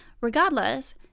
Regardless